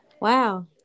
wow